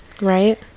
Right